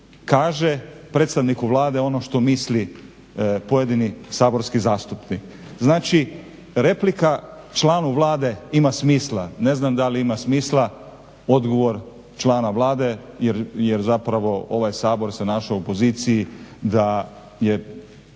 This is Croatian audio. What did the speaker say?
kaže predstavniku Vlade ono što misli pojedini saborski zastupnik. Znači replika članu Vlade ima smisla, ne znam da li ima smisla odgovor člana Vlade jer zapravo ovaj Sabor se našao u poziciji da je